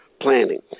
planning